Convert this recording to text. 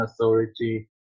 authority